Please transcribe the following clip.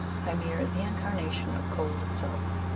hymir is the incarnation of cold itself.